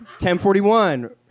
1041